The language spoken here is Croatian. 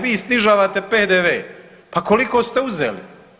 Vi snižavate PDV, pa koliko ste uzeli?